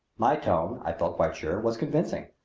my tone, i felt quite sure, was convincing.